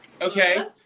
okay